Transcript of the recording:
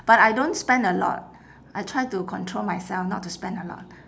but I don't spend a lot I try to control myself not to spend a lot